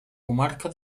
comarca